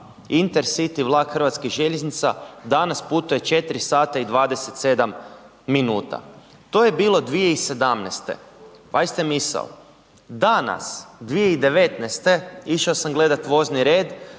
intercity vlak Hrvatskih željeznica danas putuje 4 sata i 27 minuta. To je bilo 2017., pazite misao, danas 2019. išao sam gledati vozni red